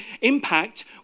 Impact